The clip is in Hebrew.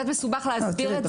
תיראי,